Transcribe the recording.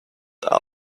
are